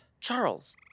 Charles